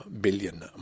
billion